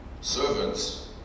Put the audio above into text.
Servants